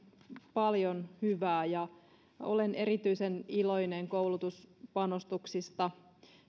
paljon hyvää ja olen erityisen iloinen koulutuspanostuksista